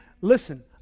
listen